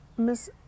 Miss